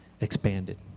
expanded